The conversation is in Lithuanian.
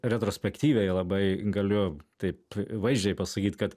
retrospektyviai labai galiu taip vaizdžiai pasakyt kad